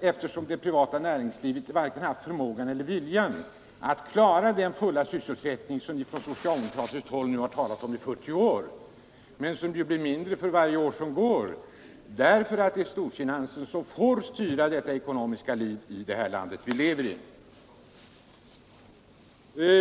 eftersom det privata näringslivet haft varken förmågan eller viljan att klara den fulla sysselsättning som ni från socialdemokratiskt håll nu har talat om i 40 år men som blir mindre varje år som går därför att det är storfinansen som får styra det ekonomiska livet i det land vi lever i.